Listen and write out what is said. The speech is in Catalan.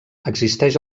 existeix